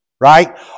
right